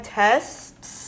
tests